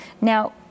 Now